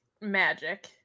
magic